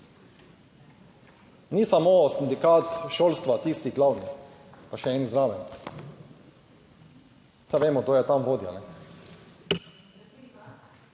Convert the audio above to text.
Ni samo sindikat šolstva tisti glavni, pa še en zraven, saj vemo kdo je tam vodja.